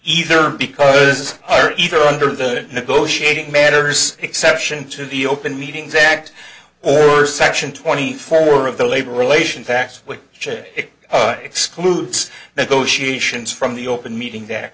either because either under the negotiating matters exception to the open meetings act or section twenty four of the labor relations act like shit it excludes negotiations from the open meeting th